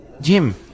Jim